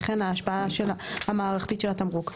וכן ההשפעה המערכתית של התמרוק,